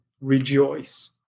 rejoice